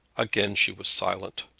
again she was silent,